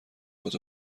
هات